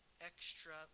extra